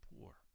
poor